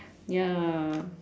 ya